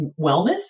wellness